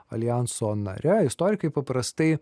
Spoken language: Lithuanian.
aljanso nare istorikai paprastai